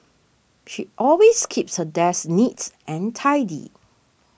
she always keeps her desk and tidy